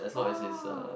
oh